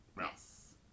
Yes